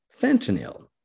fentanyl